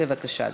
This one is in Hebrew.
בבקשה אדוני.